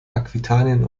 aquitanien